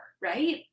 right